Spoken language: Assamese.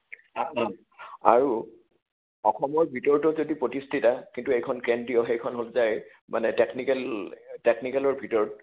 আৰু অসমৰ ভিতৰতো যদি প্ৰতিস্থিত কিন্তু এইখন কেন্দ্ৰীয় সেইখন হৈ যায় মানে টেকনিকেল টেকনিকেলৰ ভিতৰত